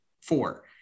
four